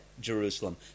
Jerusalem